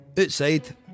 Outside